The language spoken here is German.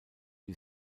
die